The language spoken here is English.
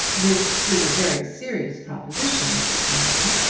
this is a very serious proposition, mr. twentyman.